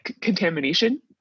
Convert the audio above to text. contamination